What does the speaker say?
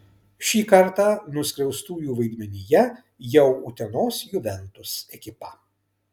šį kartą nuskriaustųjų vaidmenyje jau utenos juventus ekipa